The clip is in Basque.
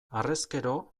harrezkero